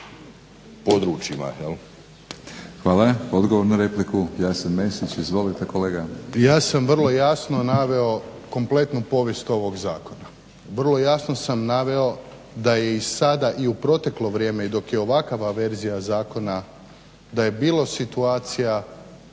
Hvala. Odgovor na repliku Jasen Mesić. Izvolite kolega. **Mesić, Jasen (HDZ)** Ja sam vrlo jasno naveo kompletnu povijest ovog zakona, vrlo jasno sam naveo da je i sada i u proteklo vrijeme i dok je ovakva averzija zakona da je bilo situacija